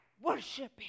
worshiping